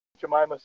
Jemima